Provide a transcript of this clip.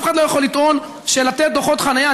אף אחד לא יכול לטעון שלתת דוחות חניה,